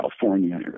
California